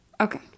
Okay